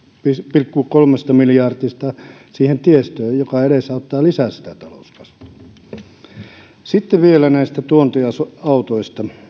pilkku kolmesta miljardista siihen tiestöön joka edesauttaa lisää sitä talouskasvua sitten vielä näistä tuontiautoista